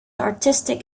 artistic